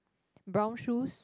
brown shoes